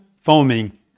foaming